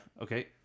Okay